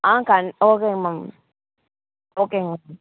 ஆ கண் ஓகேங்க மேம் ஓகேங்க மேம்